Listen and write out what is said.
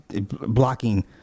blocking